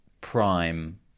prime